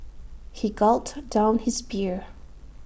he gulped down his beer